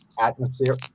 atmosphere